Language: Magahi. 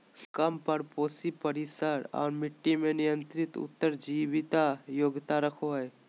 कम परपोषी परिसर और मट्टी में नियंत्रित उत्तर जीविता योग्यता रखो हइ